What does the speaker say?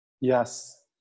Yes